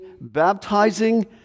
baptizing